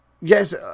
yes